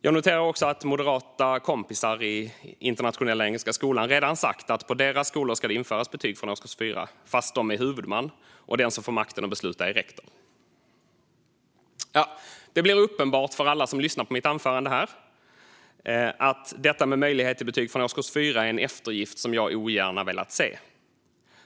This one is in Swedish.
Jag noterar också att moderata kompisar i Internationella Engelska Skolan redan sagt att det på deras skolor ska införas betyg från årskurs 4, fast de är huvudman och den som får makten att besluta är rektor. Det blir uppenbart för alla som lyssnar på mitt anförande här att detta med möjlighet till betyg från årskurs 4 är en eftergift som jag ogärna velat se.